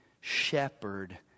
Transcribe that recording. shepherd